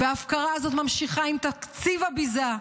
וההפקרה הזאת ממשיכה עם תקציב הביזה,